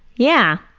yeah.